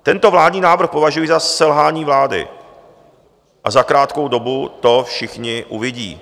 Tento vládní návrh považuji za selhání vlády a za krátkou dobu to všichni uvidí.